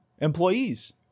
employees